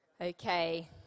Okay